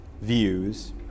views